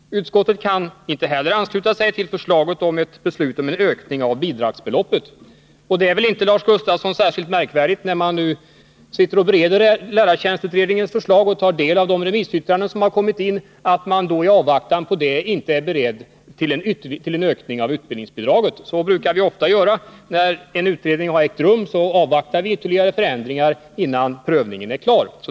Utskottet kan inte heller ansluta sig till förslaget om ett beslut om en ökning av bidragsbeloppet. Det är väl, Lars Gustafsson, inte särskilt märkligt att man, när man bereder lärartjänstutredningens förslag och tar del av de remissyttranden som kommit in, inte är beredd att nu utöka utbildningsbidraget. Vi brukar ofta göra så att när en utredning pågår avvaktar vi med ytterligare förändringar tills prövningen är klar.